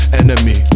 enemy